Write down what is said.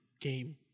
game